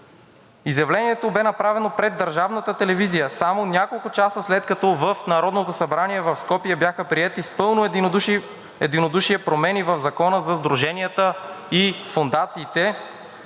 Изявлението бе направено пред държавната телевизия само няколко часа след като в Народното събрание в Скопие бяха приети с пълно единодушие промени в Закона за сдруженията и фондациите,